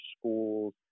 schools